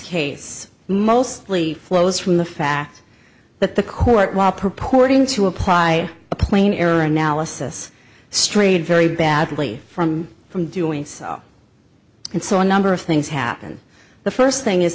case mostly flows from the fact that the court while purporting to apply a plain error analysis strayed very badly from from doing so and so a number of things happen the first thing is